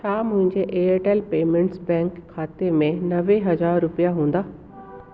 छा मुंहिंजे Airtel Payments Bank खाते में नवे हज़ार रुपिया हूंदा